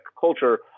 culture